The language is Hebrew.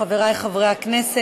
חברי חברי הכנסת,